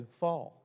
fall